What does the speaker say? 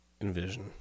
envision